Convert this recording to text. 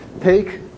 take